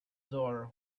door